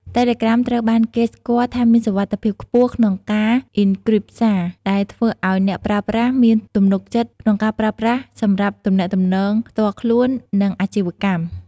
តេឡេក្រាមត្រូវបានគេស្គាល់ថាមានសុវត្ថិភាពខ្ពស់ក្នុងការអុិនគ្រីបសារ ដែលធ្វើឱ្យអ្នកប្រើប្រាស់មានទំនុកចិត្តក្នុងការប្រើប្រាស់សម្រាប់ទំនាក់ទំនងផ្ទាល់ខ្លួន និងអាជីវកម្ម។